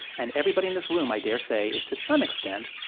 and everybody in this room, i daresay, is, to some extent,